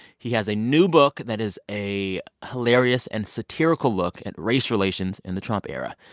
he has a new book that is a hilarious and satirical look at race relations in the trump era.